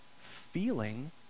feeling